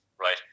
right